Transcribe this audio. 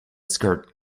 skirt